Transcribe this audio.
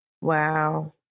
Wow